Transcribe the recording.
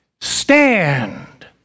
stand